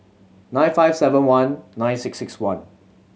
nine five seven one nine six six one